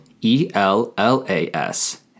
E-L-L-A-S